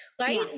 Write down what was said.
Right